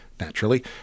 naturally